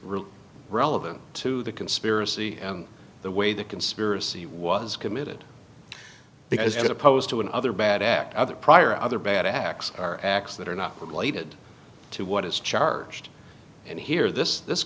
really relevant to the conspiracy the way the conspiracy was committed because it opposed to another bad act other prior other bad acts are acts that are not related to what is charged and here this this